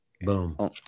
boom